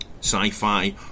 sci-fi